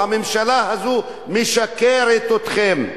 הממשלה הזאת משקרת לכם.